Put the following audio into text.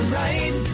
right